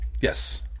yes